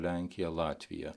lenkiją latviją